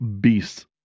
beasts